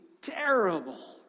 terrible